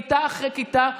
כיתה אחרי כיתה,